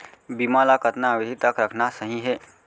बीमा ल कतना अवधि तक रखना सही हे?